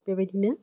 बेबायदिनो